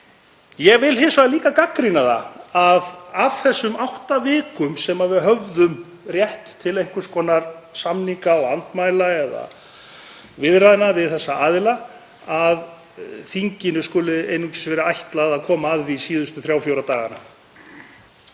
Ég vil hins vegar líka gagnrýna það að af þessum átta vikum sem við höfðum rétt til einhvers konar samninga og andmæla eða viðræðna við þessa aðila skuli þinginu einungis hafa verið ætlað að koma að því síðustu þrjá til fjóra dagana.